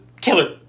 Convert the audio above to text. killer